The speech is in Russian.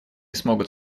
смогут